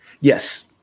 Yes